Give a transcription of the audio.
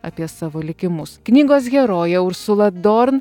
apie savo likimus knygos herojė ursula dorn